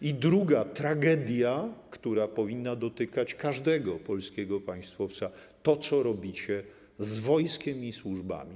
I druga tragedia, która powinna dotykać każdego polskiego państwowca - to, co robicie z wojskiem i służbami.